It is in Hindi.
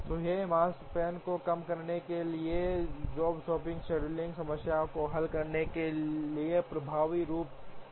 तो यह Makespan को कम करने के लिए जॉब शॉप शेड्यूलिंग समस्याओं को हल करने के लिए प्रभावी रूप से उपयोग किया जाता है